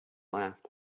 laughed